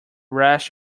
rash